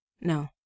No